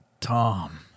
Tom